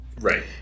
Right